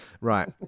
right